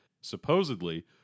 Supposedly